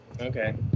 okay